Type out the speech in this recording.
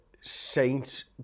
Saints